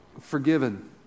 forgiven